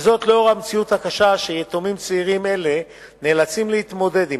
וזאת לאור המציאות הקשה שיתומים צעירים אלה נאלצים להתמודד עמה,